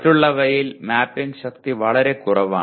മറ്റുള്ളവയിൽ mapping ശക്തി വളരെ കുറവാണ്